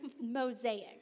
mosaic